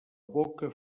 boca